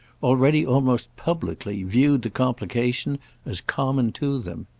already almost publicly, viewed the complication as common to them.